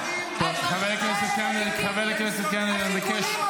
--- חבר הכנסת הרצנו.